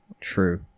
True